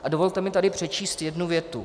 A dovolte mi tady přečíst jednu větu.